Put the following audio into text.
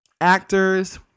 actors